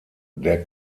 der